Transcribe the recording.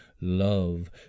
love